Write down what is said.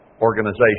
organization